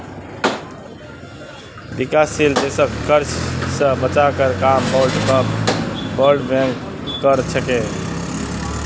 विकासशील देशक कर्ज स बचवार काम वर्ल्ड बैंक कर छेक